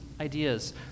ideas